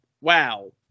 Wow